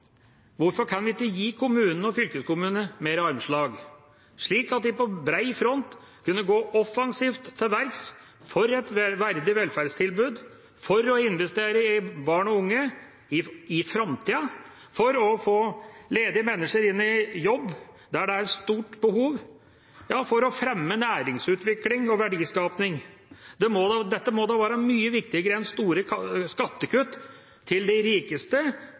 Hvorfor kan vi ikke gi kommunene og fylkeskommunene mer armslag, slik at de på bred front kunne gått offensivt til verks for et verdig velferdstilbud, for å investere i barn og unge og i framtida, for å få ledige mennesker i jobb der det er et stort behov – ja for å fremme næringsutvikling og verdiskaping? Dette må da være mye viktigere enn store skattekutt til de rikeste,